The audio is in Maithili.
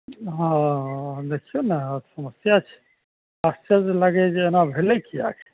हँ देखियो ने समस्या छै आश्चर्ज लगइए जे एना भेलय किएक आखिर